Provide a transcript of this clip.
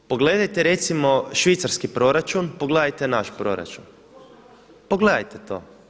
I pogledajte recimo švicarski proračun, pogledajte naš proračun, pogledajte to.